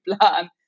plan